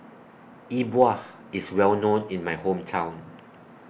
E Bua IS Well known in My Hometown